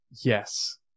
yes